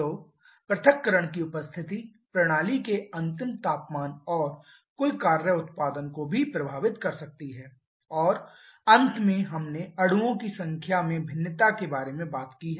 तो पृथक्करण की उपस्थिति प्रणाली के अंतिम तापमान और कुल कार्य उत्पादन को भी प्रभावित कर सकती है और अंत में हमने अणुओं की संख्या में भिन्नता के बारे में भी बात की है